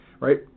right